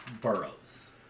burrows